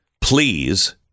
Please